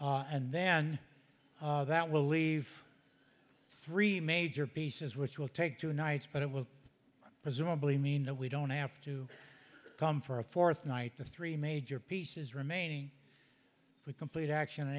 two and then that will leave three major pieces which will take two nights but it will presumably mean that we don't have to come for a fourth night the three major pieces remaining we complete action